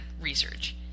research